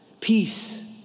Peace